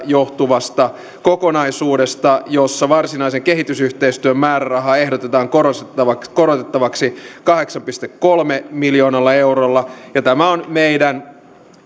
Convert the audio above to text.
johtuvasta kokonaisuudesta jossa varsinaisen kehitysyhteistyön määrärahaa ehdotetaan korotettavaksi korotettavaksi kahdeksalla pilkku kolmella miljoonalla eurolla ja tämä on meidän